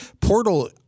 Portal